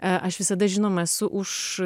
aš visada žinoma esu už